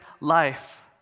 life